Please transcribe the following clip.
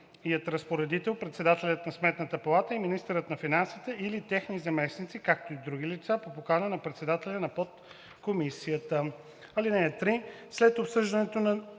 разпоредител, председателят на Сметната палата и министърът на финансите или техни заместници, както и други лица по покана на председателя на подкомисията. (3) След обсъждането на